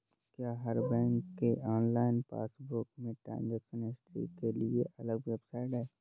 क्या हर बैंक के ऑनलाइन पासबुक में ट्रांजेक्शन हिस्ट्री के लिए अलग वेबसाइट है?